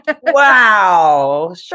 Wow